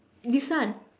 this one